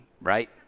right